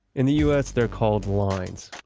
in the us, they're called lines.